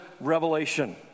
revelation